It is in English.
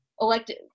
elected